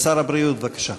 שר הבריאות, בבקשה.